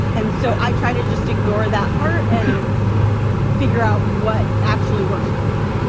and so i try to just ignore that part and figure out what actually works for me